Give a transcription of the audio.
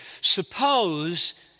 Suppose